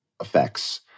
effects